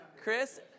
Chris